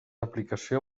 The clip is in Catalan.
aplicació